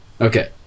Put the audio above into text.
Okay